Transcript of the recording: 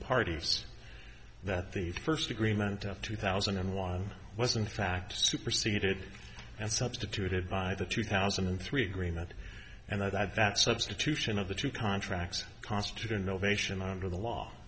parties that the first agreement of two thousand and one was in fact superseded and substituted by the two thousand and three agreement and that that substitution of the two contracts constitute innovation under the law